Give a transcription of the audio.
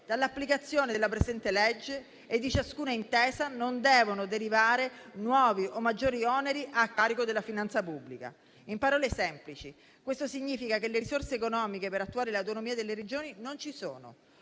dall'applicazione della presente legge e di ciascuna intesa non devono derivare nuovi o maggiori oneri a carico della finanza pubblica. In parole semplici, questo significa che le risorse economiche per attuare l'autonomia delle Regioni non ci sono.